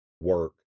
work